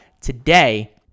today